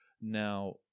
Now